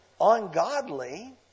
ungodly